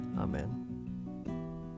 Amen